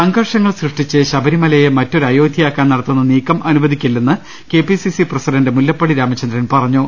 സംഘഷർഷങ്ങൾ സൃഷ്ടിച്ച് ശബരിമലയെ മറ്റൊരു അയോധ്യയാക്കാൻ നടത്തുന്ന നീക്കം അനുദിക്കില്ലെന്ന് കെപിസിസി പ്രസിഡന്റ് മുല്ലപ്പള്ളി രാമചന്ദ്രൻ പറഞ്ഞു